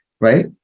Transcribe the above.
right